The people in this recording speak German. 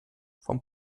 vom